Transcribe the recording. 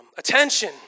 attention